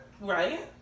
Right